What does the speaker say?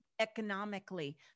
economically